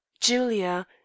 Julia